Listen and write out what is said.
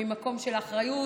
ממקום של אחריות,